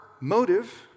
motive